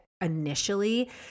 initially